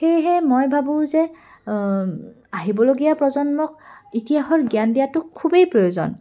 সেয়েহে মই ভাবোঁ যে আহিবলগীয়া প্ৰজন্মক ইতিহাসৰ জ্ঞান দিয়াটো খুবেই প্ৰয়োজন